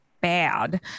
bad